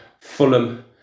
Fulham